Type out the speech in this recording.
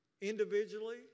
individually